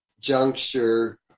juncture